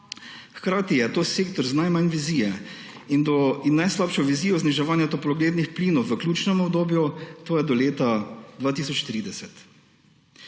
Hkrati je to sektor z najmanj vizije in najslabšo vizijo zniževanja toplogrednih plinov v ključnem obdobju, to je do leta 2030.